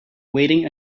waiting